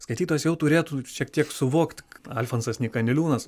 skaitytojas jau turėtų šiek tiek suvokti alfonsas nyka niliūnas